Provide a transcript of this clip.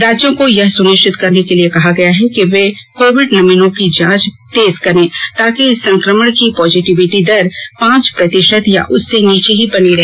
राज्यों को यह सुनिश्चित करने के लिए कहा गया कि वे कोविड नमूनों की जांच तेज करें ताकि संक्रमण की पॉजिटिविटी दर पांच प्रतिशत या उससे नीचे ही बनी रहे